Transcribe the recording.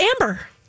amber